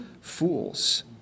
fools